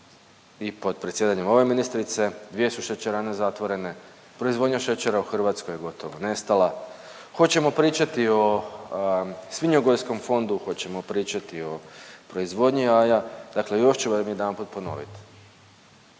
i pod predsjedanjem ove ministrice, dvije su šećerane zatvorene, proizvodnja šećera u Hrvatskoj je gotova, nestala. Hoćemo pričati o svinjogojskom fondu, hoćemo pričati o proizvodnji jaja. Dakle još ću vam jedanput ponoviti.